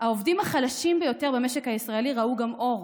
העובדים החלשים ביותר במשק הישראלי ראו גם אור,